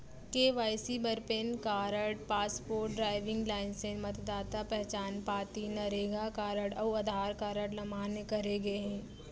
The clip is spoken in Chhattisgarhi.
के.वाई.सी बर PAN card, passport, driving licence, मतदाता पहचान पाती, नरेगा कारड अउ आधार कारड ल मान्य करे गे हे